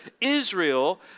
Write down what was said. Israel